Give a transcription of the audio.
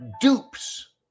dupes